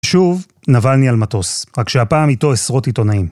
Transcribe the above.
שוב נבלני על מטוס, רק שהפעם איתו עשרות עיתונאים.